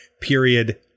period